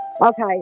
Okay